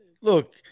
Look